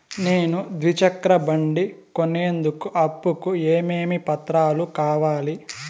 నేను ద్విచక్ర బండి కొనేందుకు అప్పు కు ఏమేమి పత్రాలు కావాలి?